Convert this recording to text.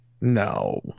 no